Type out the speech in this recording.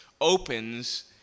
opens